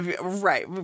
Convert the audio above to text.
Right